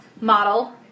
model